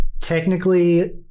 technically